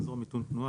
"אזור מיתון תנועה",